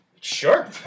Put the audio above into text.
Sure